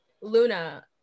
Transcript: Luna